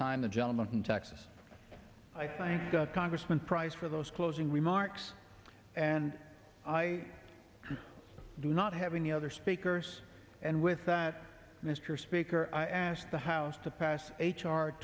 time the gentleman from texas i thank congressman price for those closing remarks and i do not have any other speakers and with that mr speaker i ask the house to pass